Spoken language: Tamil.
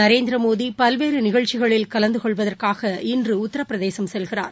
நரேந்திரமோடி பல்வேறு நிகழ்ச்சிகளில் கலந்து கொள்வதற்காக இன்று உத்தரப்பிரதேசம் செல்கிறார்